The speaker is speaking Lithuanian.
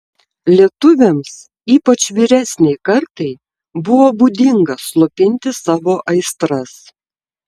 lietuviams ypač vyresnei kartai buvo būdinga slopinti savo aistras